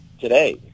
today